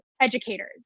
educators